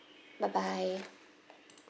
bye bye